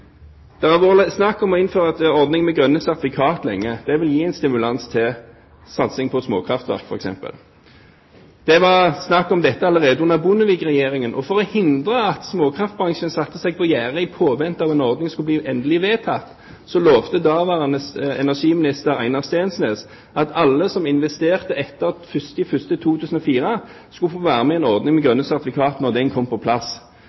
Det har lenge vært snakk om å innføre en ordning med grønne sertifikater. Det vil gi stimulans til satsing, f.eks. på småkraftverk. Det var snakk om dette allerede under Bondevik-regjeringen, og for å hindre at småkraftbransjen skulle sette seg på gjerdet i påvente av at en ordning skulle bli endelig vedtatt, lovet daværende energiminister Einar Steensnæs at alle som investerte etter 1. januar 2004, skulle få være med på ordningen med grønne sertifikater når den kom på plass.